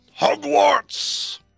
hogwarts